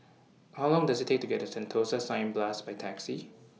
How Long Does IT Take to get to Sentosa Cineblast By Taxi